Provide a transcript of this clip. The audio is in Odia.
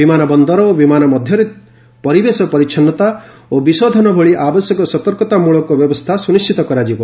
ବିମାନ ବନ୍ଦର ଓ ବିମାନ ମଧ୍ୟରେ ପରିବେଶ ପରିଚ୍ଚନୃତା ଓ ବିଶୋଧନ ଭଳି ଆବଶ୍ୟକ ସତର୍କତାମୂଳକ ବ୍ୟବସ୍ଥା ସୁନିଣ୍ଟିତ କରାଯିବ